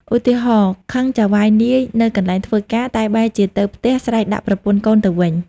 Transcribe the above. ឧទាហរណ៍ ខឹងចៅហ្វាយនាយនៅកន្លែងធ្វើការ តែបែរជាទៅផ្ទះស្រែកដាក់ប្រពន្ធកូនទៅវិញ។